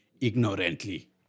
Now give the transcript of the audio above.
ignorantly